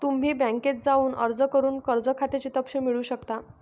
तुम्ही बँकेत जाऊन अर्ज करून कर्ज खात्याचे तपशील मिळवू शकता